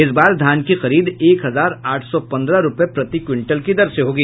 इस बार धान की खरीद एक हजार आठ सौ पन्द्रह रूपये प्रति क्यिंटल की दर से होगी